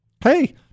Hey